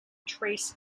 trace